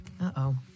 Uh-oh